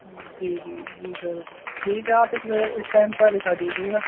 جی جی جی سر ٹھیک ہے آپ اس اس ٹائم پہ دکھا دیجیے گا